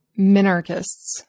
minarchists